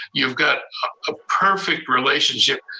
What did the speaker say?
you've got a perfect relationship,